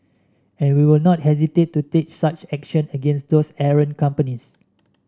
and we will not hesitate to take such actions against those errant companies